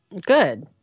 Good